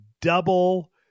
double